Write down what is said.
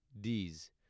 D's